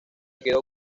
quedó